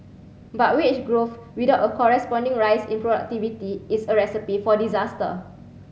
but wage growth without a corresponding rise in productivity is a recipe for disaster